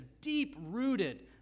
deep-rooted